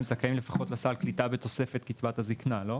הם זכאים לפחות לסל קליטה בתוספת קצבת הזקנה לא?